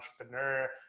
entrepreneur